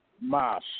MAS